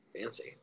fancy